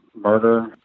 murder